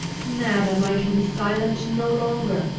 madam, i can be silent no longer.